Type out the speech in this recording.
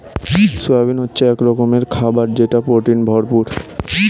soybean হচ্ছে এক রকমের খাবার যেটা প্রোটিনে ভরপুর